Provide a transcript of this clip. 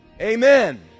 Amen